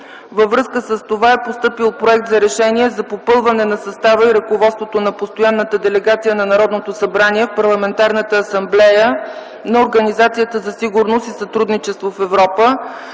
Във връзка с това е постъпил проект за: „РЕШЕНИЕ за попълване на състава и ръководството на Постоянната делегация на Народното събрание в Парламентарната асамблея на Организацията за сигурност и сътрудничество в Европа